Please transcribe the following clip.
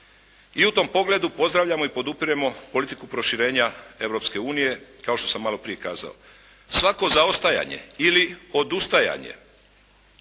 i u tom pogledu pozdravljamo i podupiremo politiku proširenja Europske unije kao što sam malo prije kazao. Svako zaostajanje ili odustajanje